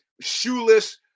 shoeless